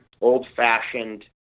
old-fashioned